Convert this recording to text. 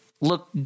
look